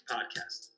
Podcast